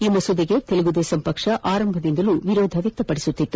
ಈ ಮಸೂದೆಗೆ ತೆಲುಗುದೇಶಂ ಪಕ್ಷ ಆರಂಭದಿಂದಲೂ ವಿರೋಧ ವ್ಯಕ್ತಪದಿಸುತ್ತಿದೆ